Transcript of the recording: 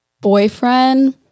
boyfriend